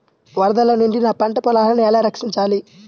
వరదల నుండి నా పంట పొలాలని ఎలా రక్షించాలి?